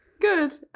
Good